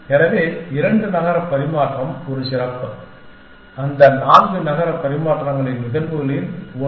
எனவே இரண்டு நகர பரிமாற்றம் ஒரு சிறப்பு அந்த நான்கு நகர பரிமாற்றங்களின் நிகழ்வுகளில் ஒன்று